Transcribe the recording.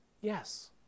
Yes